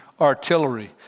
artillery